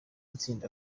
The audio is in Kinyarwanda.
itsinda